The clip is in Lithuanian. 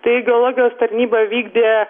tai geologijos tarnyba vykdė